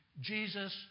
Jesus